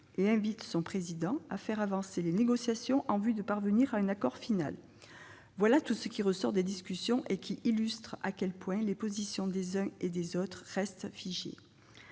et « invite son président à faire avancer les négociations en vue de parvenir à un accord final ». Voilà tout ce qui ressort des discussions. Cela illustre à quel point les positions des uns et des autres restent figées.